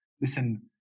Listen